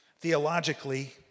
Theologically